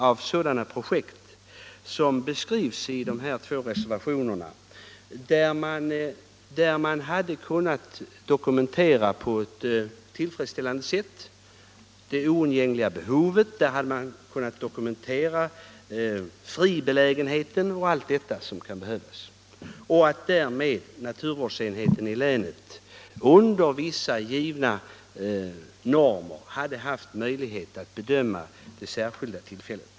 Man hade, som beskrivs i de båda reservationerna, kunnat ge möjligheter till dispens för sådana projekt där man på ett tillfredsställande sätt kan dokumentera det oundgängliga behovet, fribelägenheten och allt som kan behövas. Därmed hade naturvårdsenheten i länet haft möjligheter att bedöma det enskilda fallet med hänsyn till vissa givna normer.